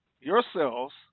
yourselves